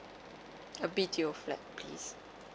a B_T_O flat please